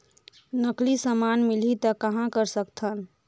नकली समान मिलही त कहां कर सकथन?